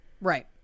Right